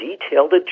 detailed